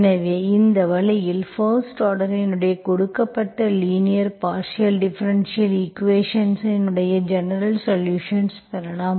எனவே இந்த வழியில் பஸ்ட் ஆர்டர் இன் கொடுக்கப்பட்ட லீனியர் பார்ஷியல் டிஃபரென்ஷியல் ஈக்குவேஷன்ஸ் இன் ஜெனரல் சொலுஷன்ஸ் பெறலாம்